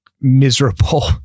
miserable